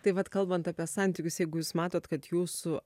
tai vat kalbant apie santykius jeigu jūs matot kad jūsų